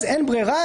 אז אין ברירה,